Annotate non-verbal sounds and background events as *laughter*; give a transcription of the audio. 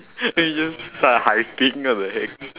*laughs* then you just hyping up the heck